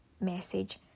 message